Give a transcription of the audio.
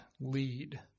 lead